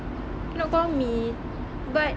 cannot commit but